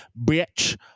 bitch